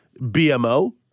BMO